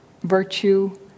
virtue